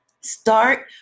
start